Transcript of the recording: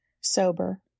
Sober